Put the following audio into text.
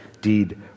deed